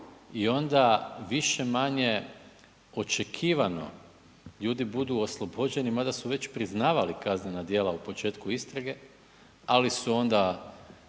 i onda više-manje očekivano ljudi budu oslobođeni mada su već priznavali kaznena djela u početku istrage ali su onda